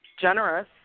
generous